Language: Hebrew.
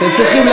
זה האמת שלכם.